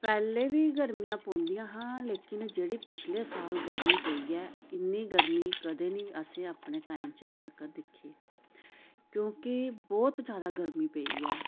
पैह्ले बी गर्मियां पौंदियां हा लेकिन जेह्ड़ी पिछले साल गर्मी पेई ऐ इन्नी गर्मी कदें नी असें अपने टाइम च अजें तक्कर दिक्खी क्योंकि बौह्त जैदा गर्मी पेई ऐ